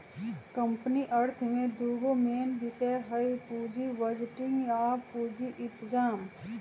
company अर्थ में दूगो मेन विषय हइ पुजी बजटिंग आ पूजी इतजाम